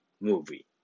movie